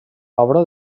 obra